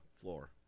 floor